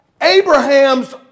Abraham's